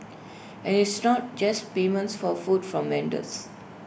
and it's not just payments for food from vendors